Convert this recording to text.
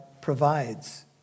provides